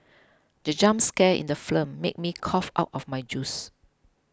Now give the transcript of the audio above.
the jump scare in the film made me cough out my juice